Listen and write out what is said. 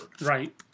Right